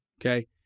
Okay